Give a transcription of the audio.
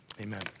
Amen